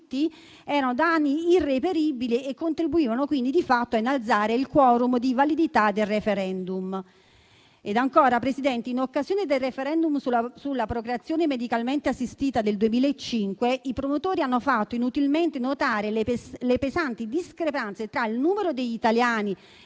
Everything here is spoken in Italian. erano da anni irreperibili e contribuivano di fatto a innalzare il *quorum* di validità del *referendum.* Ancora, Presidente, in occasione del *referendum* sulla procreazione medicalmente assistita del 2005, i promotori hanno fatto inutilmente notare le pesanti discrepanze tra il numero degli italiani